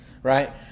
Right